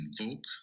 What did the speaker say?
Invoke